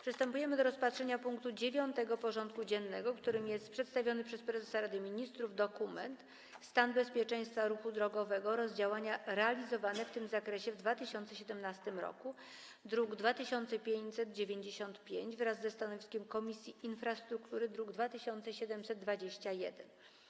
Przystępujemy do rozpatrzenia punktu 9. porządku dziennego: Przedstawiony przez prezesa Rady Ministrów dokument: „Stan bezpieczeństwa ruchu drogowego oraz działania realizowane w tym zakresie w 2017 r.” (druk nr 2595) wraz ze stanowiskiem Komisji Infrastruktury (druk nr 2721)